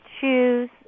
choose